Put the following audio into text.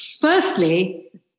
Firstly